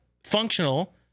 Functional